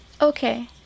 Okay